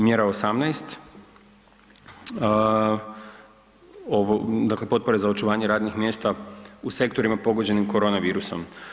Mjera 18, dakle potpore za očuvanje radnih mjesta u sektorima pogođenim koronavirusom.